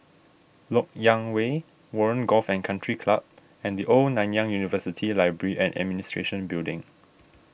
Lok Yang Way Warren Golf and Country Club and the Old Nanyang University Library and Administration Building